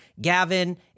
gavin